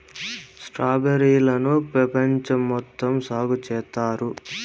strawberry లను పెపంచం మొత్తం సాగు చేత్తారు